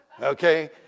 Okay